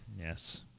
Yes